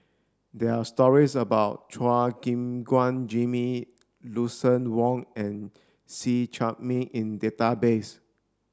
there are stories about Chua Gim Guan Jimmy Lucien Wang and See Chak Mun in database